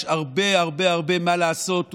יש הרבה הרבה הרבה מה לעשות.